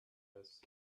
eyes